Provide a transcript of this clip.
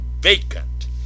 vacant